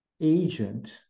agent